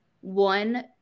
one